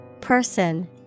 Person